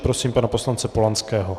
Prosím pana poslance Polanského.